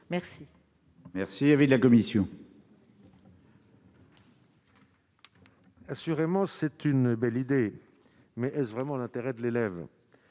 merci. Merci, avis de la commission. Assurément, c'est une belle idée, mais est-ce vraiment l'intérêt de l'élève